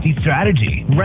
strategy